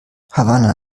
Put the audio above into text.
havanna